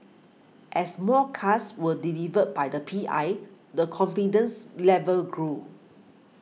as more cars were delivered by the P I the confidence level grew